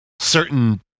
Certain